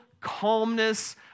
calmness